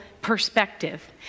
perspective